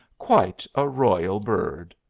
quite a royal bird.